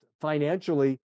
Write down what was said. financially